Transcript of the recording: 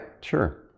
Sure